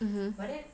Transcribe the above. mmhmm